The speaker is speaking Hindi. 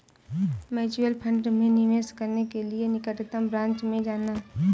म्यूचुअल फंड में निवेश करने के लिए निकटतम ब्रांच में जाना